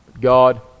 God